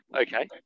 Okay